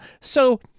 So-